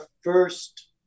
first